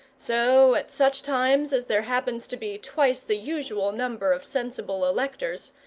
so at such times as there happens to be twice the usual number of sensible electors,